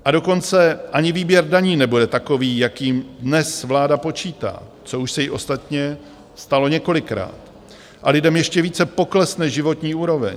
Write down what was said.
A dokonce ani výběr daní nebude takový, s jakým dnes vláda počítá, což už se jí ostatně stalo několikrát, a lidem ještě více poklesne životní úroveň.